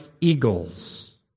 eagles